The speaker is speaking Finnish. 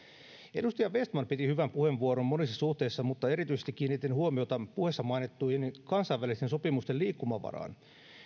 edustaja vestman piti hyvän puheenvuoron monessa suhteessa mutta erityisesti kiinnitin huomiota puheessa mainittuun kansainvälisten sopimusten liikkumavaraan